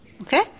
Okay